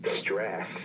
Stress